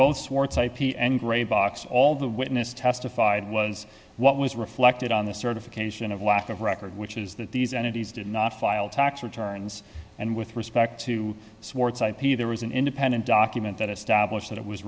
ip and grey box all the witness testified was what was reflected on the certification of lack of record which is that these entities did not file tax returns and with respect to swartz ip there was an independent document that established that it was